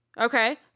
Okay